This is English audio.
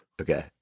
Okay